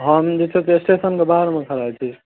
हम जे छै से स्टेशन बाहरमे खड़ा छी